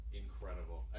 incredible